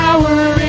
Power